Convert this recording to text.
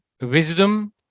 wisdom